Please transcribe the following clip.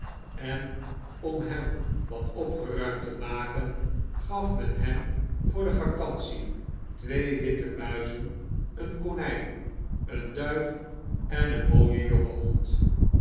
en om hem wat opgeruimd te maken gaf men hem voor de vacantie twee witte muizen een konyn een duif en een mooien jongen bond